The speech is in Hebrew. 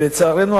לצערנו,